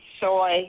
soy